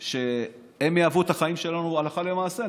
שהן יהוו החיים שלנו הלכה למעשה,